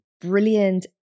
brilliant